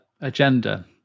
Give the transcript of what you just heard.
agenda